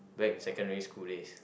back in secondary school days